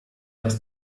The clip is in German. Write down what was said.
das